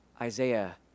Isaiah